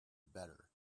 better